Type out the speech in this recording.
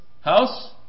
House